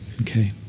Okay